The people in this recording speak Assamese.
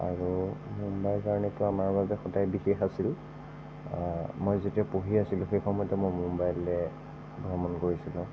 আৰু মুম্বাই আমাৰ বাবে সদায় বিশেষ আছিল মই যেতিয়া পঢ়ি আছিলোঁ সেই সময়তে মই মুম্বাইলৈ ভ্ৰমণ কৰিছিলোঁ